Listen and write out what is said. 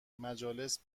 مجالس